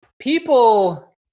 people